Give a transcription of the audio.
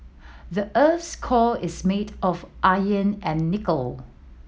the earth's core is made of and nickel